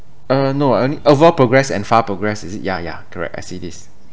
uh no I only overall progress and far progress is it ya ya correct I see this